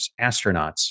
astronauts